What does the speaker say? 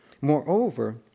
Moreover